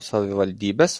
savivaldybės